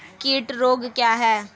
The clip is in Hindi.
कीट रोग क्या है?